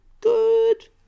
Good